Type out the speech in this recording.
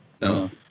no